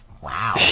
wow